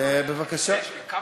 בבקשה.